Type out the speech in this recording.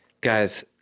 guys